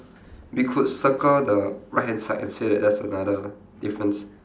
we could circle the right hand side and say that's another difference